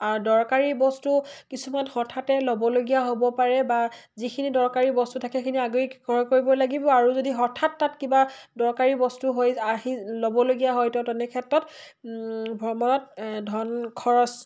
দৰকাৰী বস্তু কিছুমান হঠাতে ল'বলগীয়া হ'ব পাৰে বা যিখিনি দৰকাৰী বস্তু থাকে সেইখিনি আগেই ক্ৰয় কৰিব লাগিব আৰু যদি হঠাৎ তাত কিবা দৰকাৰী বস্তু হৈ আহি ল'বলগীয়া হয়তো তেনেক্ষেত্ৰত ভ্ৰমণত ধন খৰচ